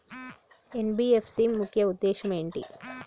NBFC ముఖ్య ఉద్దేశం ఏంటి?